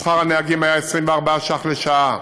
שכר הנהגים בתחבורה הציבורית היה 24 ש"ח לשעה.